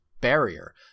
barrier